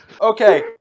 Okay